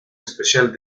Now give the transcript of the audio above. especial